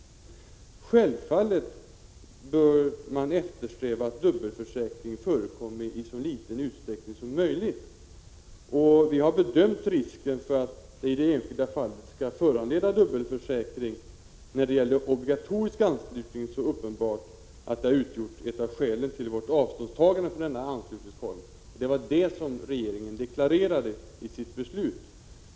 Självfallet bör man eftersträva att dubbla försäkringar förekommer i så liten utsträckning som möjligt. Vi har bedömt risken för att det vid obligatorisk anslutningsform i enskilda fall skall uppstå dubbla försäkringar vara så stor att detta utgjort ett av skälen till vårt avståndstagande från denna anslutningsform. Det var det som regeringen deklarerade i sitt beslut.